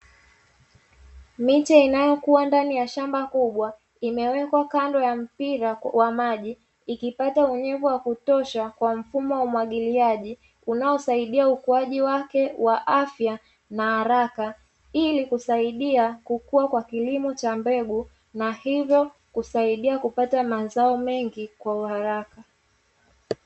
Miche inayokuwa ndani ya shamba kubwa imewekwa kando ya mpira wa maji ikipata unyevu wa kutosha kwa mfumo wa umwagiliaji unaosaidia ukuaji wake wa afya na haraka, ili kusaidia kukua kwa kilimo cha mbegu na hivyo kusaidia kupata mazao mengi kwa uharaka.